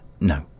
no